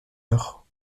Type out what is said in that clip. heure